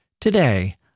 Today